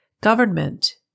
Government